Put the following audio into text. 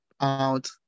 out